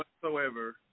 whatsoever